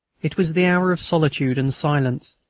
it was the hour of solitude and silence,